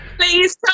Please